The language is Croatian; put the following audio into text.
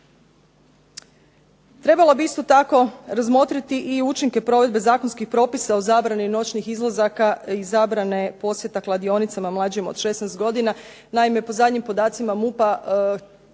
Trebalo bi isto tako razmotriti i učinke provedbe zakonskih propisa o zabrani noćnih izlazaka i zabrane posjeta kladionicama mlađim od 16 godina. Naime, po zadnjim podacima MUP-a